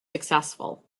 successful